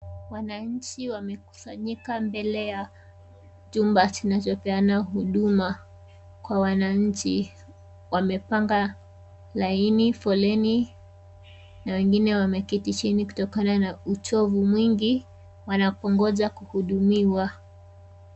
Wananchi wamekusanyika mbele ya chumba kinachopeana huduma kwa wananchi Wamepanga laini poleni na wengine wameketi chini kutokana na uchovu mwingi wanapongoja kuhudumiwa.